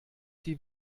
die